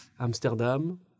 Amsterdam